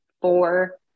four